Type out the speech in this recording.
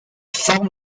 forme